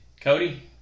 Cody